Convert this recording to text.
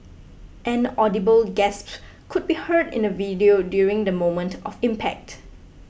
an audible gasp could be heard in the video during the moment of impact